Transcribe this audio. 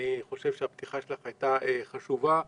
אני חושב שהפתיחה שלך הייתה חשובה: